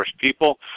people